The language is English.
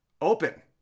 open